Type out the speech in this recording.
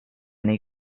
nei